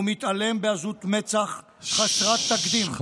הוא מתעלם בעזות מצח חסרת תקדים,